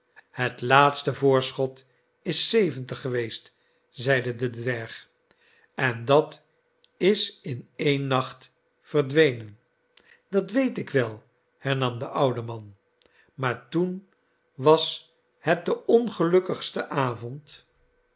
het laatste voorschot is zeventig geweest zeide de dwerg en dat is in een nacht verdwenen dat weet ik wel hernam de oude man maar toen was het de ongelukkigste avond